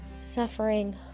suffering